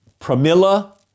Pramila